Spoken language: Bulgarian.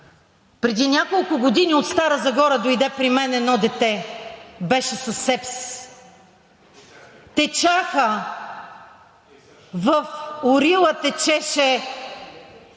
Преди няколко години от Стара Загора дойде при мен едно дете. Беше със сепсис. В урила течеше